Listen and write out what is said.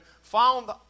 found